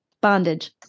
bondage